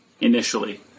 initially